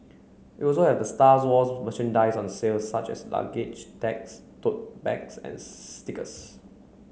also have Stars Wars merchandise on sale such as luggage tags tote bags and stickers